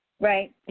Right